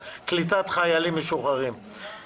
קליטת חיילים משוחררים הכנה לקריאה שנייה ושלישית.